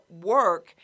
work